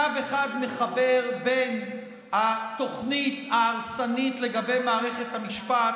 קו אחד מחבר בין התוכנית ההרסנית לגבי מערכת המשפט